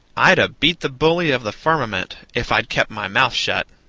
i'd a beat the bully of the firmament if i'd kept my mouth shut.